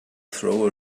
throw